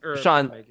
sean